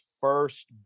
first